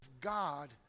God